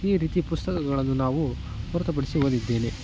ಈ ರೀತಿ ಪುಸ್ತಕಗಳನ್ನು ನಾವು ಹೊರತುಪಡಿಸಿ ಓದಿದ್ದೇನೆ